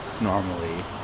normally